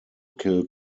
kill